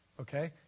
Okay